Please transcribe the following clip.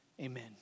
Amen